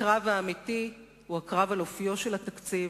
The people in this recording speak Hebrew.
הקרב האמיתי הוא הקרב על אופיו של התקציב,